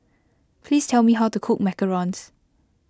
please tell me how to cook Macarons